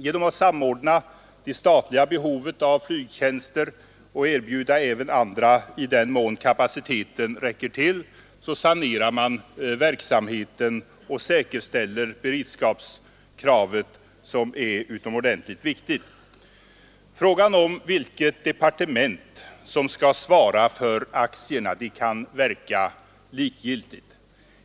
Genom att samordna det statliga behovet av flygtjänster och erbjuda även andra i den mån kapaciteten räcker sanerar man verksamheten och säkerställer beredskapskravet, som är utomordentligt viktigt. Frågan om vilket departement som skall svara för aktierna kan verka likgiltig.